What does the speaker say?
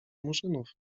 murzynów